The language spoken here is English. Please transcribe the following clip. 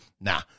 Nah